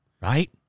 right